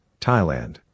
Thailand